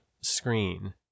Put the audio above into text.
screen